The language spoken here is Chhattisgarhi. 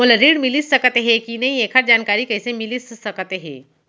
मोला ऋण मिलिस सकत हे कि नई एखर जानकारी कइसे मिलिस सकत हे?